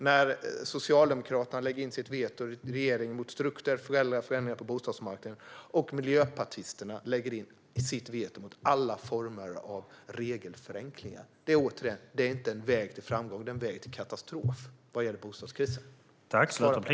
För Socialdemokraterna lägger in sitt veto i regeringen mot strukturella förändringar på bostadsmarknaden och Miljöpartiet lägger in sitt veto mot alla former av regelförenklingar. Detta är inte en väg till framgång när det gäller bostadskrisen; det är en väg till katastrof.